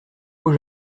beau